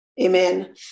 amen